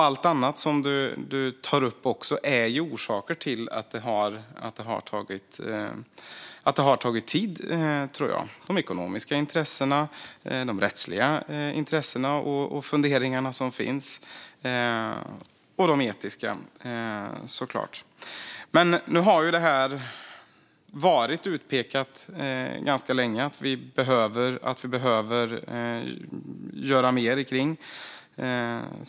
Allt annat som ledamoten tar upp är också orsaker till att det har tagit tid, tror jag - de ekonomiska intressena, de rättsliga intressena och såklart de etiska funderingarna som finns. Nu har ju det här varit utpekat ganska länge som något vi behöver göra mer kring.